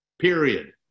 period